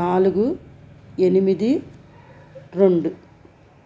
నాలుగు ఎనిమిది రెండు